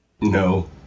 No